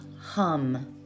hum